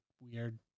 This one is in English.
weird